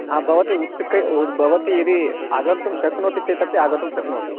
आ भवति उत्सुका उ भवति यदि आगन्तुं शक्नोति चेदपि आगन्तुं शक्नोति